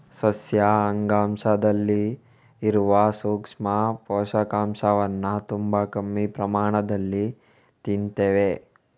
ಸಸ್ಯ ಅಂಗಾಂಶದಲ್ಲಿ ಇರುವ ಸೂಕ್ಷ್ಮ ಪೋಷಕಾಂಶವನ್ನ ತುಂಬಾ ಕಮ್ಮಿ ಪ್ರಮಾಣದಲ್ಲಿ ತಿಂತೇವೆ